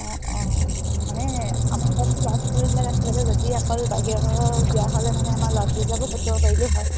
অঁ অঁ মানে আমাৰ ল'তো ল'ৰা ছোৱালীবিলাক আছিলে যদি অকল বাহিৰৰ দিয়া হ'লে মানে আমাৰ ল'ৰা ছোৱালীবিলাকো পঠিয়াব পাৰিলোঁ হয়